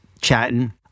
chatting